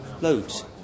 Loads